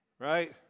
right